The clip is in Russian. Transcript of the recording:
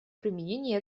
применения